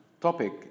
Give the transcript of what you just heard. topic